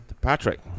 Patrick